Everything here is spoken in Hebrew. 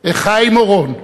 איך חיים אורון,